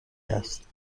است